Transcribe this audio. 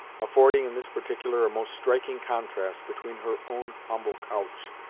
affording in this particular a most striking contrast between her own humble couch,